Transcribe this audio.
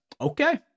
okay